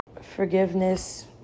Forgiveness